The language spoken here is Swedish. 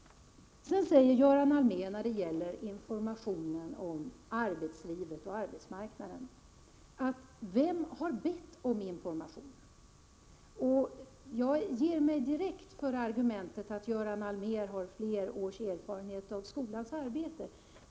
När det gäller informationen om arbetslivet och arbetsmarknaden frågar — Prot. 1987/88:90 Göran Allmér: Vem har bett om att få lämna informationen? Jag ger mig 23 mars 1988 direkt för argumentet att Göran Allmér har flera års erfarenhet av skolans arbete än jag har.